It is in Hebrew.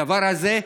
הדבר הזה,